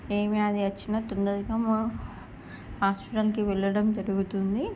ఏమీ వ్యాధి వచ్చిన తొందరగా హాస్పటల్కి వెళ్ళడం జరుగుతుంది